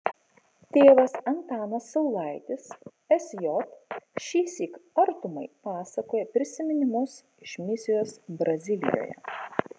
tėvas antanas saulaitis sj šįsyk artumai pasakoja prisiminimus iš misijos brazilijoje